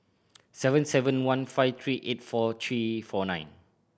seven seven one five three eight four three four nine